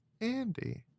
Andy